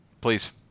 please